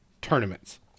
tournaments